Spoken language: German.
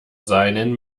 seinen